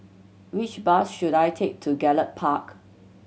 which bus should I take to Gallop Park